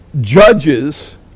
judges